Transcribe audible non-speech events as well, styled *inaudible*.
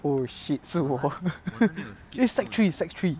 oh shit 是我 *laughs* eh secondary three secondary three